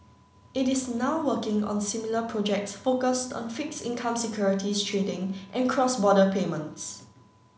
it is now working on similar projects focused on fixed income securities trading and cross border payments